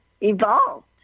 evolved